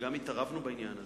שגם התערבנו בעניין הזה,